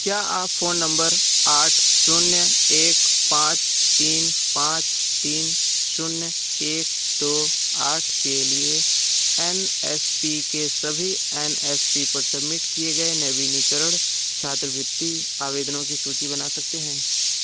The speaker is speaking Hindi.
क्या आप फ़ोन नम्बर आठ शून्य एक पाँच तीन पाँच तीन शून्य एक दो आठ के लिए एन एस पी के सभी एन एस पी पर सबमिट किए गए नवीनीकरण छात्रवृत्ति आवेदनों की सूची बना सकते हैं